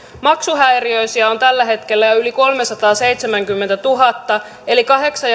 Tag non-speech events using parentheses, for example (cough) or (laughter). maksuhäiriöisiä on tällä hetkellä jo yli kolmesataaseitsemänkymmentätuhatta eli kahdeksan (unintelligible)